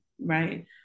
right